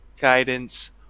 guidance